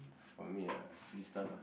for me ah free stuff ah